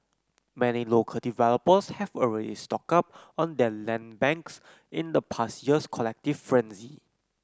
many local developers have already stocked up on their land banks in the past year's collective frenzy